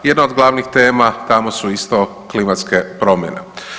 Jedna od glavnih tema tamo su isto klimatske promjene.